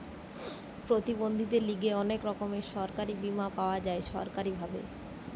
প্রতিবন্ধীদের লিগে অনেক রকমের সরকারি বীমা পাওয়া যায় সরকারি ভাবে